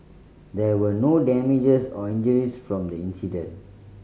there were no damages or injuries from the incident